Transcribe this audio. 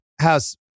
House